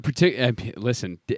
listen